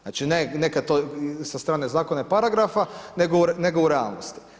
Znači, ne to sa strane zakona i paragrafa, nego u realnosti.